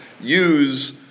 use